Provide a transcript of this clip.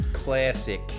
Classic